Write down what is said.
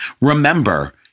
Remember